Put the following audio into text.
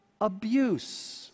abuse